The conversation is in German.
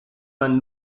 man